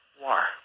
war